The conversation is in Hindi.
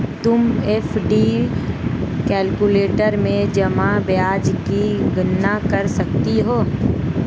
तुम एफ.डी कैलक्यूलेटर में जमा ब्याज की गणना कर सकती हो